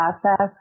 process